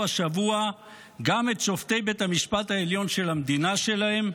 השבוע גם את שופטי בית המשפט העליון של המדינה שלהם?